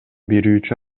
берүүчү